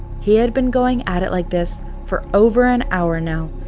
he had been going at it like this for over an hour now,